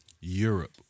Europe